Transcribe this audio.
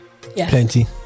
plenty